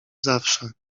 zawsze